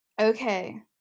okay